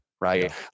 right